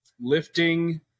lifting